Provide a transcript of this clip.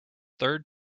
third